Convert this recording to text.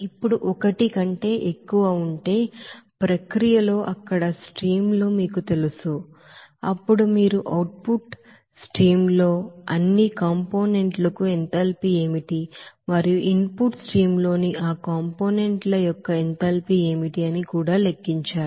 ఇప్పుడు ఒకటి కంటే ఎక్కువ ఉంటే ప్రక్రియలో అక్కడ స్ట్రీమ్ లు మీకు తెలుసు అప్పుడు మీరు అవుట్ పుట్ స్ట్రీమ్ ల్లో అన్ని కాంపోనెంట్ లకు ఎంథాల్పీ ఏమిటి మరియు ఇన్ లెట్ స్ట్రీమ్ లోని ఆ కాంపోనెంట్ ల యొక్క ఎంథాల్పీ ఏమిటి అని కూడా లెక్కించాలి